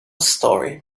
story